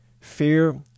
Fear